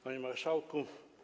Panie Marszałku!